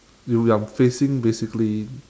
you you're facing basically